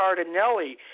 Cardinelli